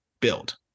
build